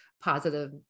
positive